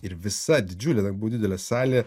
ir visa didžiulė ten buvo didelė salė